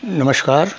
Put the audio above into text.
नमस्कार